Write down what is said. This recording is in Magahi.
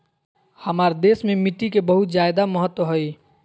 हमार देश में मिट्टी के बहुत जायदा महत्व हइ